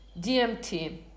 DMT